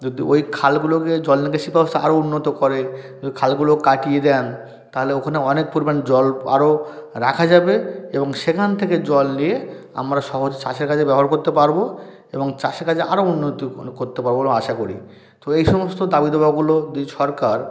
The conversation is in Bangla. যদি ওই খালগুলোকে জলনিকাশি ব্যবস্থা আরও উন্নত করে যদি খালগুলো কাটিয়ে দেন তাহলে ওখানে অনেক পরিমাণ জল আরও রাখা যাবে এবং সেখান থেকে জল নিয়ে আমরা সহজে চাষের কাজে ব্যবহার করতে পারব এবং চাষের কাজে আরও উন্নতি করতে পারব বলে আশা করি তো এই সমস্ত দাবি দাওয়াগুলো যদি সরকার